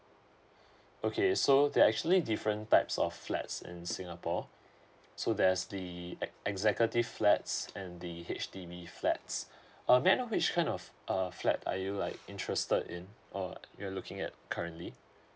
okay so there are actually different types of flats in singapore so there's the uh executive flats and the h d flats um may I know which kind of uh flat are you like interested in or you're looking at currently